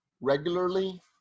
regularly